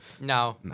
No